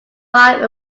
five